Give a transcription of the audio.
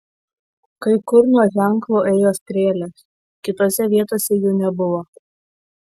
kai kur nuo ženklo ėjo strėlės kitose vietose jų nebuvo